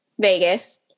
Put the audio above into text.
Vegas